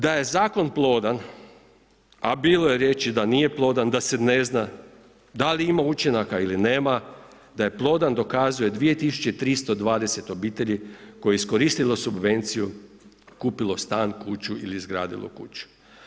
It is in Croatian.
Da je zakon plodan, a bilo je riječi da nije plodan, da se ne zna da li ima učinaka ili nema, da je plodan dokazuje 2320 obitelji koje je iskoristilo subvenciju, kupilo stan, kuću ili izgradilo kuću.